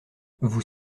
vous